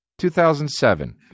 2007